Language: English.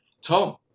Tom